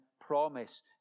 promise